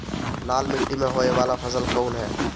लाल मीट्टी में होए वाला फसल कउन ह?